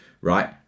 right